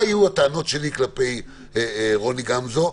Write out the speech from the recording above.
מה היו הטענות שלי כלפי רוני גמזו,